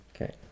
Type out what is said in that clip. Okay